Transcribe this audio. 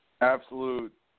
Absolute